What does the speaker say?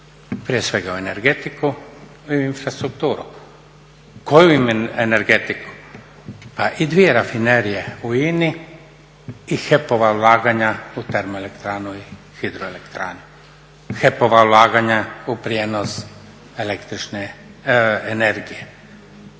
Prije svega o energetiku i infrastrukturu. Koju energetiku? Pa i dvije rafinerije u INI i HEP-ova ulaganja u termoelektranu i hidroelektranu. HEP-ova ulaganja u prijenos električne energije.